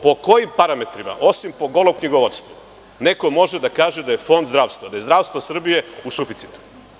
Po kojim parametrima, osim po golom knjigovodstvu, neko može da kaže da je Fond zdravstva, da je zdravstvo Srbije u suficitu?